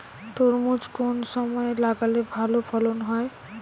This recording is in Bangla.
তরমুজ কোন সময় লাগালে ভালো ফলন হয়?